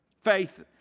Faith